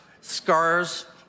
scars